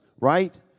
right